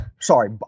Sorry